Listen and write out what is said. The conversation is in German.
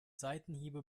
seitenhiebe